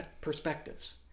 perspectives